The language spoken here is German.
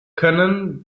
können